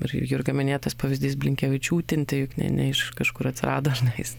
ir jurgio minėtas pavyzdys blinkevičiūtinti juk ne ne iš kažkur atsirado ar ne jis